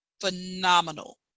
phenomenal